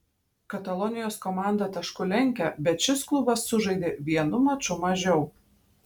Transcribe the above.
katalonijos komanda tašku lenkia bet šis klubas sužaidė vienu maču mažiau